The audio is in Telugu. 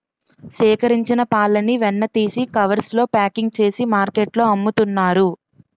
సేకరించిన పాలని వెన్న తీసి కవర్స్ లో ప్యాకింగ్ చేసి మార్కెట్లో అమ్ముతున్నారు